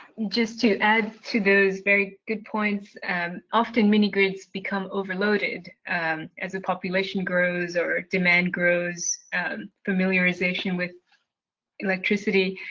just to add to those very good points, and often mini-grids become overloaded and as the population grows or demand grows, and familiarization with electricity.